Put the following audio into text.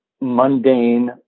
mundane